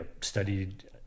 studied